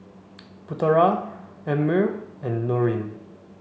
Putera Ammir and Nurin